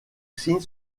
signe